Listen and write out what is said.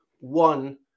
one